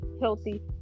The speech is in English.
healthy